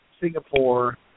Singapore